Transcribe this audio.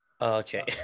Okay